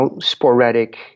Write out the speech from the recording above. sporadic